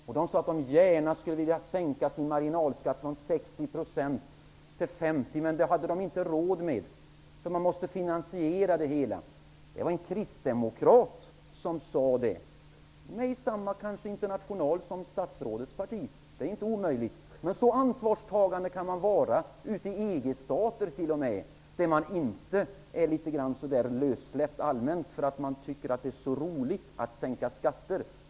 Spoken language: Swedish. Där sade man att man gärna skulle vilja sänka sin marginalskatt från 60 % till 50 %, men det hade man inte råd med. Man måste finansiera en sådan sänkning. Det var en kristdemokrat som sade det. Han kanske är med i samma international som statsrådets parti ingår i. Det är inte omöjligt. Så ansvarstagande kan man alltså vara t.o.m. i en EG-stat. Där är man inte litet allmänt lössläppt bara för att man tycker att det är så roligt att sänka skatter.